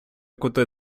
кути